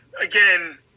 again